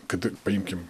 kad paimkim